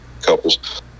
couples